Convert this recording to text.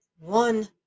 one